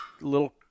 little